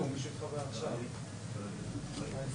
זאת פעם ראשונה שאני מופיע בפני הוועדה ואני